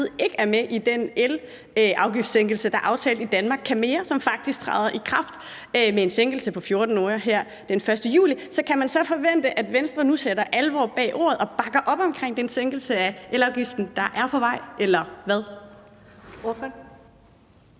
ikke er med i den elafgiftssænkelse, der er aftalt i »Danmark kan mere I«, og det træder faktisk i kraft med en sænkelse på 14 øre her den 1. juli. Så kan man nu forvente, at Venstre nu sætter alvor bag ordene og bakker op om den sænkelse af elafgiften, der er på vej, eller hvad?